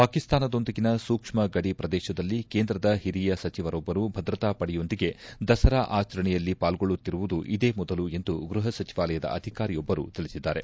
ಪಾಕಿಸ್ತಾನದೊಂದಿಗಿನ ಸೂಕ್ಷ್ಮಗಡಿ ಪ್ರದೇಶದಲ್ಲಿ ಕೇಂದ್ರದ ಹಿರಿಯ ಸಚಿವರೊಬ್ಬರು ಭದ್ರತಾ ಪಡೆಯೊಂದಿಗೆ ದಸರಾ ಆಚರಣೆಯಲ್ಲಿ ಪಾಲ್ಗೊಳ್ಳುತ್ತಿರುವುದು ಇದೇ ಮೊದಲು ಎಂದು ಗೃಹ ಸಚಿವಾಲಯದ ಅಧಿಕಾರಿಯೊಬ್ಬರು ತಿಳಿಸಿದ್ದಾರೆ